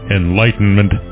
enlightenment